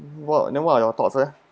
what then what are your thoughts leh